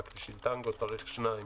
רק בשביל טנגו צריך שניים,